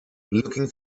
looking